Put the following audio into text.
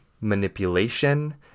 manipulation